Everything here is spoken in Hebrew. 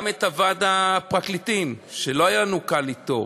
גם את ועד הפרקליטים, שלא היה לנו קל אתו,